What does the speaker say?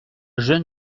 jeune